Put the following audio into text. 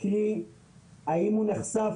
האם הוא נחשף,